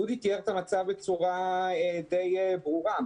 דודי מזרחי תיאר את המצב בצורה די ברורה.